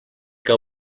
que